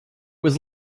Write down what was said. was